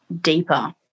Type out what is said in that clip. deeper